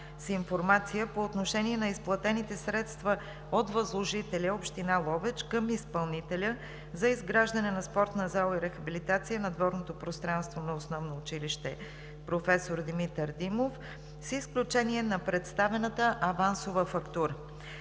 с информация по отношение на изплатените средства от възложителя – Община Ловеч, към изпълнителя за изграждане на спортна зала и рехабилитация на дворното пространство на Основно училище „Проф. Димитър Димов“, с изключение на представената авансова фактура.